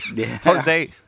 Jose